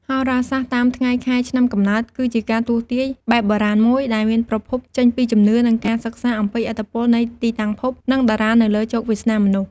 ហោរាសាស្ត្រតាមថ្ងៃខែឆ្នាំកំណើត គឺជាការទស្សន៍ទាយបែបបុរាណមួយ ដែលមានប្រភពចេញពីជំនឿ និងការសិក្សាអំពីឥទ្ធិពលនៃទីតាំងភព និងតារានៅលើជោគវាសនាមនុស្ស។